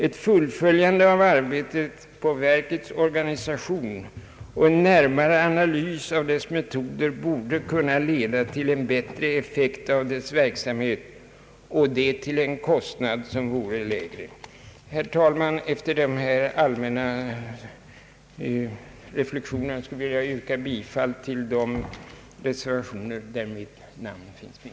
Ett fullföljande av arbetet på verkets organisation och en närmare analys av dess metoder borde kunna leda till en bättre effekt av dess verksamhet — och det till en lägre kostnad. Herr talman! Efter dessa allmänna reflexioner vill jag yrka bifall till de reservationer där mitt namn finns med.